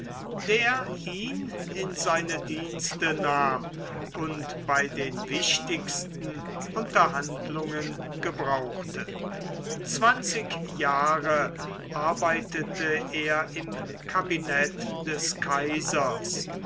der ihn in seine dienste nahm und bei den wichtigsten unterhandlungen gebrauchte zwanzig jahre arbeitete er im kabinet des kaisers